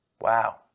Wow